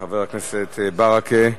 חבר הכנסת מוחמד ברכה,